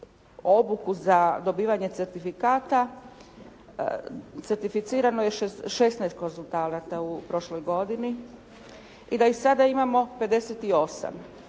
obuku za dobivanje certifikata, certificirano je 16 konzultanata u prošloj godini i da ih sada imamo 58.